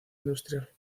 industrial